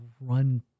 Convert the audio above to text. run